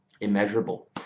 immeasurable